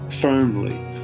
firmly